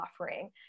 offering